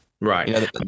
right